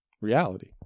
reality